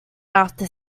after